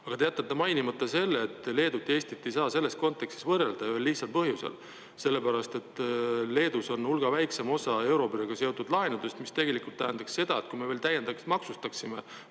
Aga te jätate mainimata selle, et Leedut ja Eestit ei saa selles kontekstis võrrelda ühel lihtsal põhjusel. Sellepärast et Leedus on hulga väiksem osa euroboriga seotud laenudest, mis tegelikult tähendaks seda, et kui me veel täiendavalt maksustaksime